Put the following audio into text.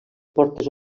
portes